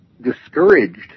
discouraged